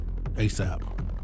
ASAP